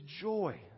joy